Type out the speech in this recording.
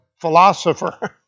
philosopher